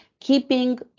keeping